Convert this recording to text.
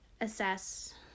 assess